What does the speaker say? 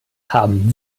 haben